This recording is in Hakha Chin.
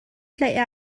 tlaih